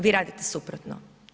Vi radite suprotno.